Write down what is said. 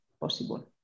possible